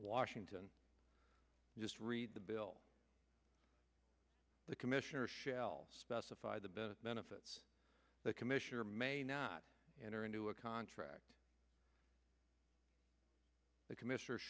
washington just read the bill the commissioner shall specify the benefits the commissioner may not enter into a contract the commissioner